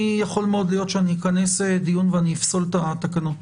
יכול מאוד להיות שאני אכנס דיון ואני אפסול את התקנות.